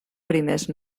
primers